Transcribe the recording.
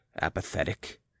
apathetic